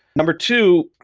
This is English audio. number two,